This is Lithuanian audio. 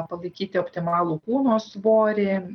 palaikyti optimalų kūno svorį